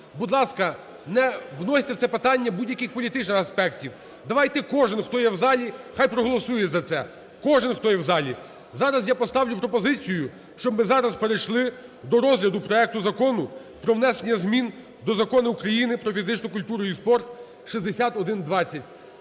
будь ласка, не вносьте в це питання будь-яких політичних аспектів. Давайте кожен, хто є в залі, нехай проголосує за це, кожен, хто є в залі. Зараз я поставлю пропозицію, щоб ми зараз перейшли до розгляду проекту Закону про внесення змін до Закону України "Про фізичну культуру і спорт" (6120).